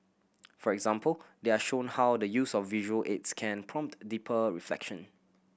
for example they are shown how the use of visual aids can prompt deeper reflection